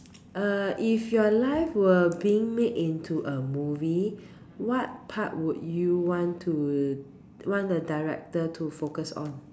uh if your life were being made into a movie what part would you want to want the director to focus on